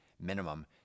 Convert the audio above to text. minimum